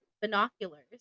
Binoculars